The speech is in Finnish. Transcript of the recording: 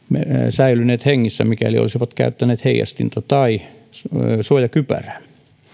säilyneet hengissä mikäli olisivat käyttäneet heijastinta tai suojakypärää